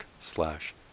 slash